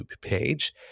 page